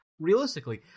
realistically